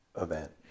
event